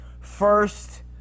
first